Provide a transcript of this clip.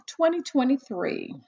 2023